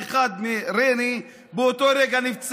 ואחד מריינה נפצע באותו רגע.